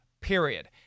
period